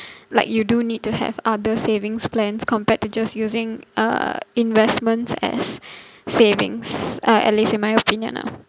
like you do need to have other savings plans compared to just using uh investments as savings uh at least in my opinion lah